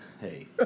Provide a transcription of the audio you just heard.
hey